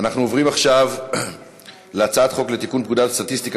אנחנו עוברים עכשיו להצעת חוק לתיקון פקודת הסטטיסטיקה